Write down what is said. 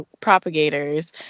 propagators